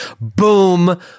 Boom